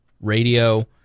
radio